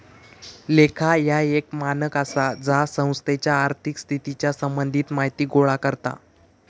लेखा ह्या एक मानक आसा जा संस्थेच्या आर्थिक स्थितीच्या संबंधित माहिती गोळा करता